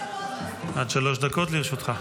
בבקשה, עד שלוש לרשותך.